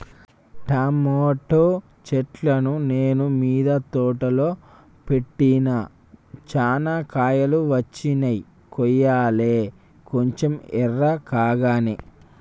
tomato చెట్లును నేను మిద్ద తోటలో పెట్టిన చానా కాయలు వచ్చినై కొయ్యలే కొంచెం ఎర్రకాగానే